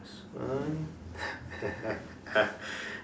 one